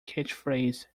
catchphrase